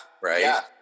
Right